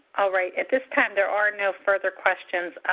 all right. at this time, there are no further questions.